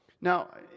Now